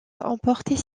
emportait